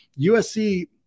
USC